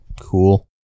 Cool